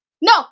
No